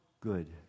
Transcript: good